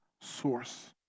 source